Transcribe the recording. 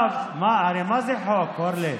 הרי מה זה חוק, אורלי?